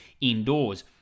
indoors